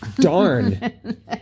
Darn